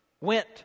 went